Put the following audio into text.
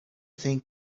thing